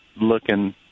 looking